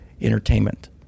entertainment